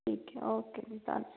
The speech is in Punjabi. ਠੀਕ ਹੈ ਓਕੇ ਜੀ ਧੰਨ